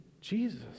Jesus